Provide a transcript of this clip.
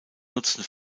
nutzen